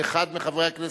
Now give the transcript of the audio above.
עד לרגע זה,